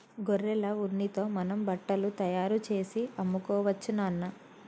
గొర్రెల ఉన్నితో మనం బట్టలు తయారుచేసి అమ్ముకోవచ్చు నాన్న